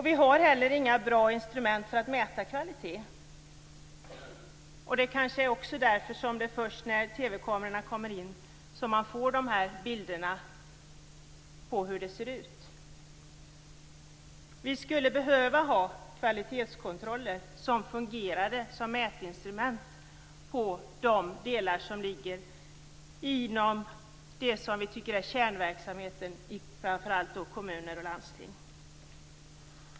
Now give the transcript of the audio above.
Vi har heller inte några bra instrument för att mäta kvaliteten. Det är kanske därför som det är först när TV-kamerorna kommer in som man får bilder på hur det ser ut. Vi skulle behöva kvalitetskontroller som fungerar som mätinstrument när det gäller de delar som vi tycker är kärnverksamheten i framför allt kommuner och landsting.